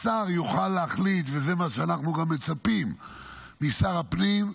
השר יוכל להחליט, וזה מה שאנחנו מצפים משר הפנים,